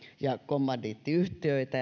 ja kommandiittiyhtiöitä